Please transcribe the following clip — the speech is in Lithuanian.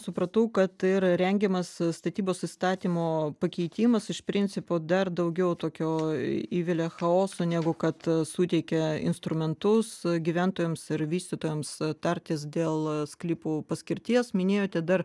supratau kad yra rengiamas statybos įstatymo pakeitimas iš principo dar daugiau tokio įvelia chaoso negu kad suteikia instrumentus gyventojams ir vystytojams tartis dėl sklypų paskirties minėjote dar